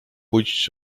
pójdź